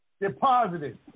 deposited